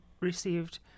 received